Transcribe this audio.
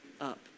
up